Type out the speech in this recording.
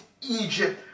Egypt